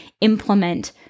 implement